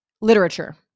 literature